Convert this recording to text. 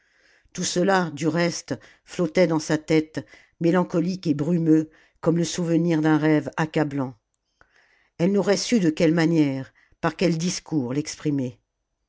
tout cela du reste flottait dans sa tête mélancolique et brumeux comme le souvenir d'un rêve accablant elle n'aurait su de quelle manière par quel discours l'exprimer